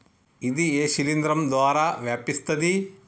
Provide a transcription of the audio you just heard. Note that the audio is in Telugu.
ఇది ఏ శిలింద్రం ద్వారా వ్యాపిస్తది?